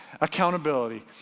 accountability